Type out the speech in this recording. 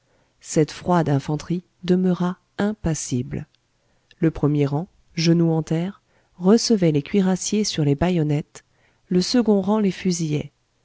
cette froide infanterie demeura impassible le premier rang genou en terre recevait les cuirassiers sur les bayonnettes le second rang les fusillait